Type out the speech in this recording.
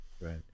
Right